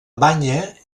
banya